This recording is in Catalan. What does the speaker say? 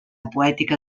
poètica